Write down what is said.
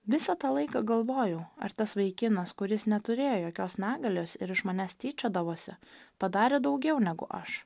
visą tą laiką galvojau ar tas vaikinas kuris neturėjo jokios negalios ir iš manęs tyčiodavosi padarė daugiau negu aš